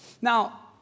Now